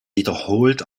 wiederholt